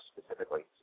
specifically